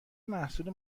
محصول